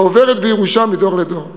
העוברת בירושה מדור לדור.